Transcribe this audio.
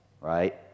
right